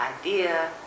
idea